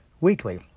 weekly